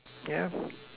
yeah